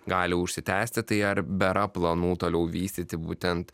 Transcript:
gali užsitęsti tai ar bėra planų toliau vystyti būtent